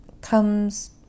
comes